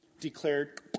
declared